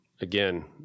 Again